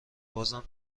بازم